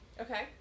Okay